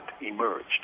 emerged